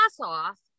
off